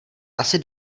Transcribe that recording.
asi